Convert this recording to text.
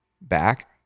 back